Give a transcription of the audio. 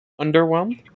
underwhelmed